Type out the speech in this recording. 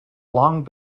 long